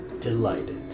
Delighted